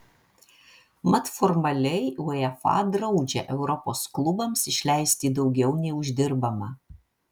mat formaliai uefa draudžia europos klubams išleisti daugiau nei uždirbama